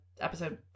episode